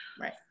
Right